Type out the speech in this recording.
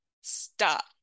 Stop